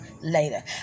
later